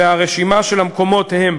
והרשימה של המקומות היא,